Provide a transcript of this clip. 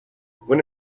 when